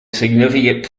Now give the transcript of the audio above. significant